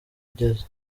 ugeze